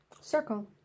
Circle